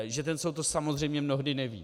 Že ten soud to samozřejmě mnohdy neví.